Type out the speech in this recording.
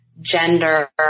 gender